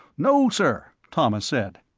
no, sir, thomas said.